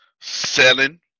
selling